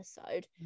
episode